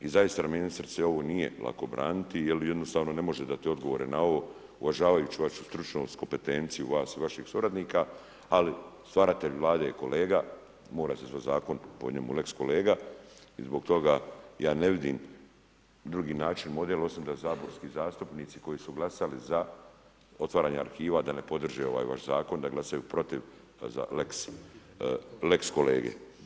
Zaista ministrice, ovo nije lako braniti jer jednostavno ne možete dati odgovore na ovo uvažavajući vašu stručnost, kompetenciju vas i vaših suradnika, ali stvaratelj Vlade je kolega, mora se zvat Zakon po njemu lex-kolega i zbog toga ja ne vidim drugi način, model osim da saborski zastupnici koji su glasali za otvaranje arhiva da ne podrže ovaj vaš Zakon, da glasaju protiv lex-kolege.